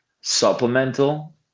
supplemental